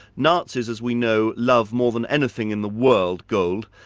nazis, as we know, loved more than anything in the world, gold,